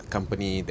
Company